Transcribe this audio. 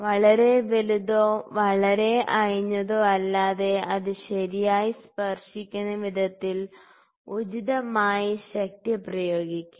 വളരെ വലുതോ വളരെ അയഞ്ഞതോ അല്ലാതെ അത് ശരിയായി സ്പർശിക്കുന്ന വിധത്തിൽ ഉചിതമായ ശക്തി പ്രയോഗിക്കുക